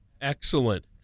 Excellent